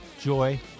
joy